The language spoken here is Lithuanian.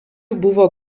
buvo